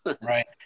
right